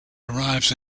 arrives